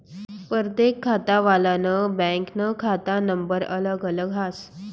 परतेक खातावालानं बँकनं खाता नंबर अलग अलग हास